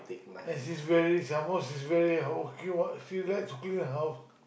as is really some more is very okay what see that's clean house